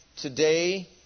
today